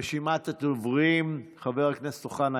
רשימת הדוברים: חבר הכנסת אוחנה,